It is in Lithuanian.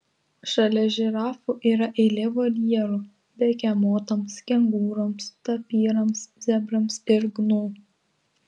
šalia žirafų yra eilė voljerų begemotams kengūroms tapyrams zebrams ir gnu